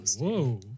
whoa